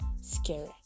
scary